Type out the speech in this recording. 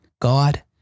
God